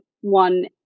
one